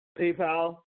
PayPal